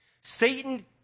Satan